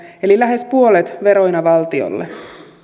eli lähes puolet veroina valtiolle